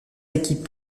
équipes